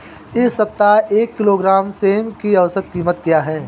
इस सप्ताह एक किलोग्राम सेम की औसत कीमत क्या है?